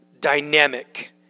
dynamic